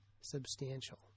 substantial